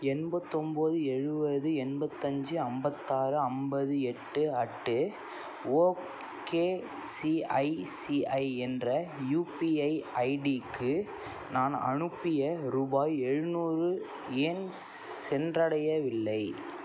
எண்பத்தொம்போது எழுவது எண்பத்தஞ்சு ஐம்பத்தாறு ஐம்பது எட்டு அட்டு ஓகேசிஐசிஐ என்ற யுபிஐ ஐடிக்கு நான் அனுப்பிய ரூபாய் எழுநூறு ஏன் சென்றடையவில்லை